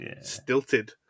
stilted